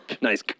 nice